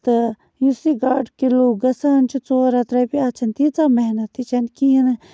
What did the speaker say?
تہٕ یُس یہِ گاڈٕ کِلوٗ گَژھان چھِ ژور ہَتھ رۄپیہِ اَتھ چھَنہٕ تیٖژاہ محنت تہِ چھَنہٕ کِہیٖنۍ نہٕ